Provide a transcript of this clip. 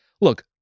Look